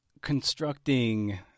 constructing